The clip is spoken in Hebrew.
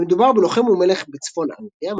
מדובר בלוחם ומלך בצפון אנגליה,